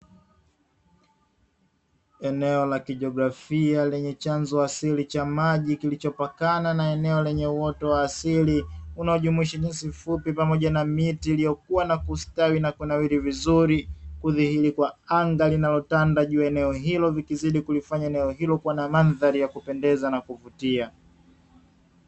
Eneo la kijiografia lenye chanzo asili cha maji, kilichopakana na eneo lenye uoto wa asili unaojumuisha nyasi fupi pamoja na miti iliyokuwa ikistawi na kunawiri vizuri, kudhihiri kwa anga linalotanda juu ya eneo hilo, vikizidi kulifanya eneo hilo kuwa na mandhari ya kupendeza na kuvutia.